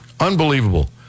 Unbelievable